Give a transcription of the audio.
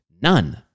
None